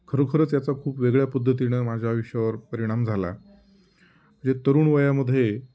खरोखरंच याचा खूप वेगळ्या पद्धतीनं माझ्या आयुष्यावर परिणाम झाला जे तरुण वयामध्ये